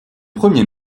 premier